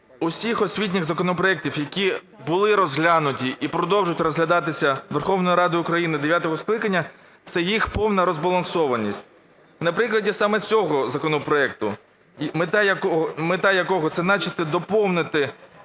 всіх освітніх законопроектів, які були розглянуті і продовжують розглядатися Верховною Радою України дев'ятого скликання, – це їх повна розбалансованість. На прикладі саме цього законопроекту, мета якого – це начебто доповнити